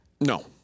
No